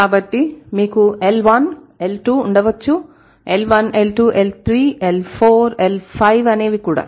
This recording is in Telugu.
కాబట్టి మీకు L 1 L 2 ఉండవచ్చు L 1 L 2 L 3 L 4 L 5 అనేవి కూడా